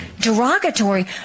derogatory